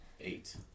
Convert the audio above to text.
Eight